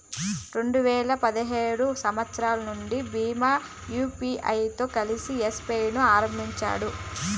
రెండు వేల పదిహేడు సంవచ్చరం నుండి భీమ్ యూపీఐతో కలిసి యెస్ పే ను ఆరంభించారు